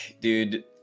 dude